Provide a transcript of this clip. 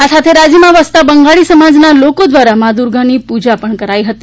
આ સાથે રાજ્યમાં વસતા બંગાળી સમાજના લોકો દ્વારા મા દુર્ગાની પૂજા કરાઈ હતી